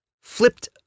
flipped